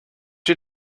you